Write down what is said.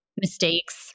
mistakes